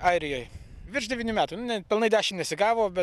airijoj virš devynių metų nu ne pilnai dešim nesigavo bet